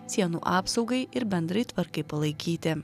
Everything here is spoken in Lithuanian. sienų apsaugai ir bendrai tvarkai palaikyti